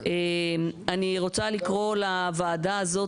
אני רוצה לקרוא לוועדה הזאת,